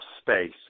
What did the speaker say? space